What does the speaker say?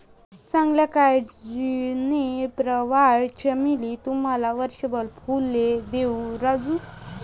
चांगल्या काळजीने, प्रवाळ चमेली तुम्हाला वर्षभर फुले देईल राजू